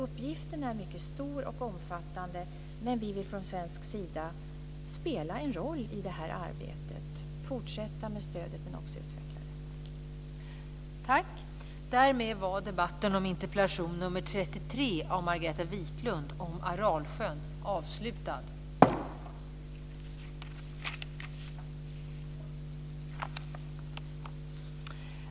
Uppgiften är alltså mycket stor och omfattande, men vi vill från svensk sida spela en roll i arbetet. Vi vill fortsätta med stödet men också utveckla det.